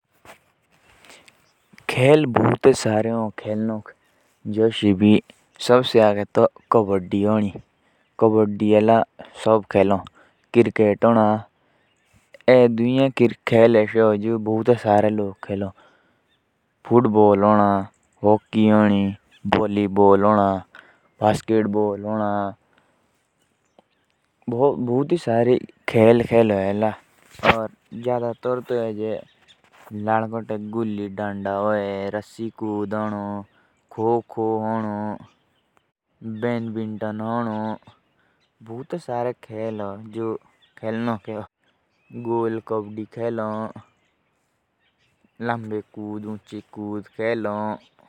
Kabaddi. Cricket. Football. Basketball. गोल कबड्डी। रस्सी कूद। खो खो। चूरा। गिल्लीडंडा।